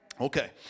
Okay